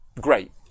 great